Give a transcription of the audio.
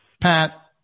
Pat